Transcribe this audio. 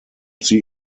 sie